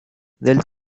del